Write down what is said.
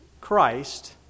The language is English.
Christ